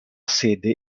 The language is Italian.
sede